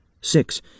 Six